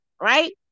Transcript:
right